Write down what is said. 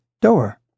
door